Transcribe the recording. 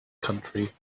country